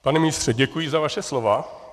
Pane ministře, děkuji za vaše slova.